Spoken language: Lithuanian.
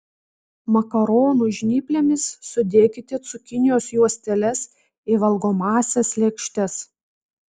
makaronų žnyplėmis sudėkite cukinijos juosteles į valgomąsias lėkštes